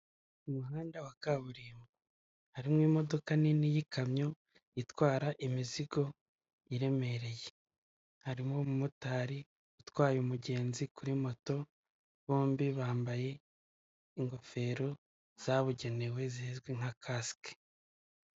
Umuhanda wa kaburimbo harimo imodoka nini y'ikamyo itwara imizigo iremereye harimo umu motari utwaye umugenzi kuri moto bombi bambaye ingofero zabugenewe zizwi nka caske.